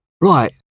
Right